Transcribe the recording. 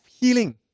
healing